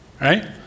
right